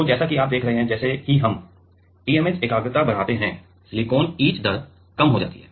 तो जैसा कि आप देख रहे हैं जैसे ही हम TMAH एकाग्रता बढ़ाते हैं सिलिकॉन ईच दर कम हो जाती है